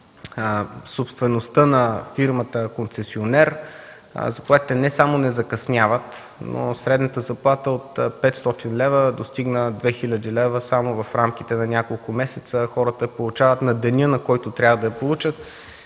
собствеността на фирмата концесионер заплатите не само не закъсняват, но средната заплата от 500 лв. достигна 2000 лв. само в рамките на няколко месеца, а хората я получават на деня, на който трябва да я получат.